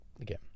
again